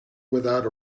without